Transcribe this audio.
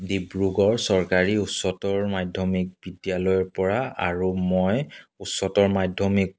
ডিব্ৰুগড় চৰকাৰী উচ্চতৰ মাধ্যমিক বিদ্যালয়ৰ পৰা আৰু মই উচ্চতৰ মাধ্যমিক